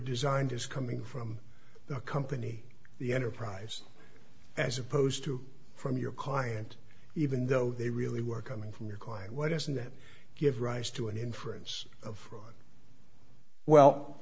designed is coming from the company the enterprise as opposed to from your client even though they really were coming from your client why doesn't that give rise to an inference of